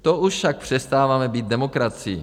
To už však přestáváme být demokracií.